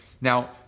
Now